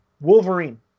wolverine